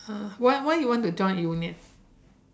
uh why why you want to join union